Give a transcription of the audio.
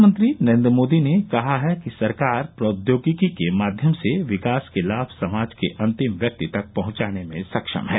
प्रधानमंत्री नरेन्द्र मोदी ने कहा है कि सरकार प्रौद्योगिकी के माध्यम से विकास के लाभ समाजके अंतिम व्यक्ति तक पहुंचाने में सक्षम है